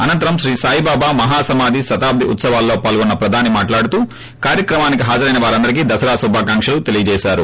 అనంతరం శ్రీ సాయి బాబా మహా సమాధి శతాబ్గి ఉత్సవాల్లో పాల్గొన్న ప్రధాని మాట్లాడుతూ కార్యక్రమానికి హాజరైన వారందరికీ దసరా శుభాకాంకులు తెలియజేశారు